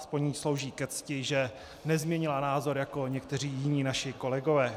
Aspoň jí slouží ke cti, že nezměnila názor jako někteří jiní naši kolegové.